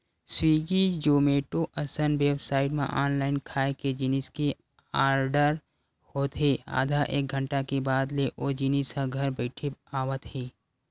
Swiggy, Zomato असन website म online खाए के जिनिस के आरडर होत हे आधा एक घंटा के बाद ले ओ जिनिस ह घर बइठे आवत हे